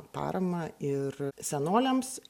paramą ir senoliams